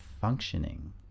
functioning